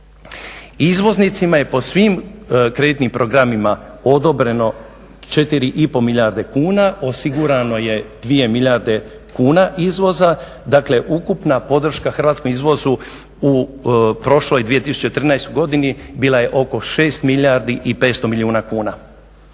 Izvoznicima je po svim kreditnim programima odobreno 4,5 milijarde kuna, osigurano je 2 milijarde kuna izvoza. Dakle, ukupna podrška hrvatskom izvozu u prošloj 2013. godini bila je oko 6 milijardi i 500 milijuna kuna.